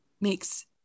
makes